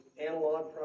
analog